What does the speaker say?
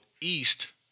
east